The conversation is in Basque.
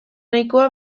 nahikoa